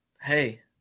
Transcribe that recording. hey